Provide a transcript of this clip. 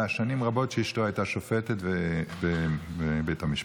שנים רבות שאשתו הייתה שופטת בבית המשפט.